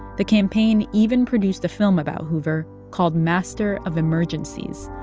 the campaign even produced a film about hoover called master of emergencies.